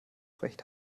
recht